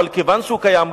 אבל כיוון שהוא קיים,